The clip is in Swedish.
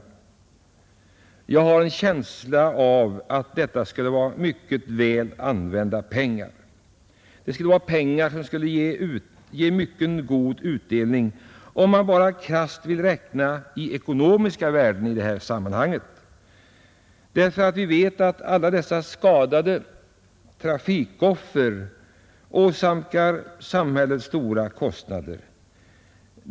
Jag har en känsla av att detta skulle vara mycket väl använda pengar. Det skulle vara pengar som ger mycket god utdelning, om man krasst vill räkna i ekonomiska värden i detta sammanhang, därför att vi vet att alla dessa skadade trafikoffer åsamkar samhället stora kostnader.